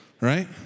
Right